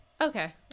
Okay